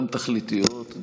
גם תכליתיות,